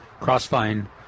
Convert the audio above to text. crossvine